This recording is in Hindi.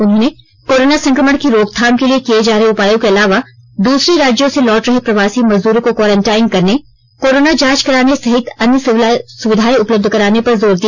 उन्होंने कोरोना संक्रमण की रोकथाम के लिए किये जा रहे उपायों के अलावा दूसरे राज्यों से लौट रहे प्रवासी मजदूरों को क्वारेंटाइन करने कोरोना जांच कराने सहित अन्य सुविधाएं उपलब्ध कराने पर जोर दिया